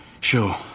Sure